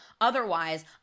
otherwise